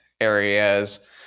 areas